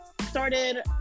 started